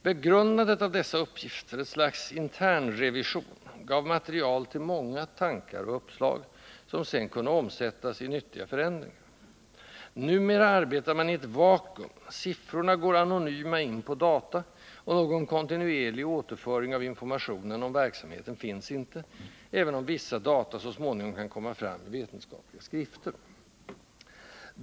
Begrundandet av dessa uppgifter — ett slags internrevision — gav material till många tankar och uppslag, som sedan kunde omsättas i nyttiga förändringar. Numera arbetar man i ett vakuum — siffrorna går anonyma in på data — och någon kontinuerlig återföring av information om verksamheten finnsinte, även om vissa data så småningom kan komma fram i vetenskapliga skrifter.